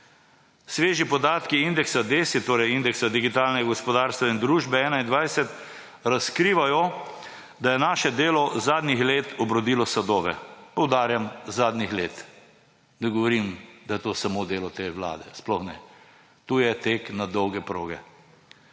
Sveži podatki indeksa DESI, torej Indeksa digitalnega gospodarstva in družbe 2021 razkrivajo, da je naše delo zadnjih let obrodilo sadove. Poudarjam zadnjih let, ne govorim, da je to samo delo te vlade, sploh ne, to je tek na dolge proge.